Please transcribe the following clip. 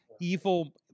evil